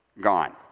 gone